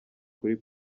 kuri